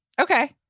Okay